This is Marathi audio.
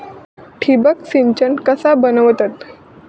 ठिबक सिंचन कसा बनवतत?